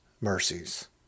mercies